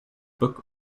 book